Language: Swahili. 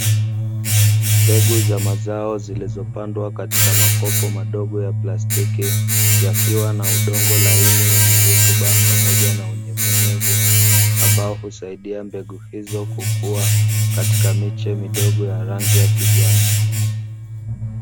Mbegu za mazao zilizopandwa katika makopo madogo ya plastiki, yakiwa na udongo laini wenye rutuba pamoja na unyevuunyevu, ambao husaidia mbegu hizo kukua katika miche midogo ya rangi ya kijani.